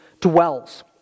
dwells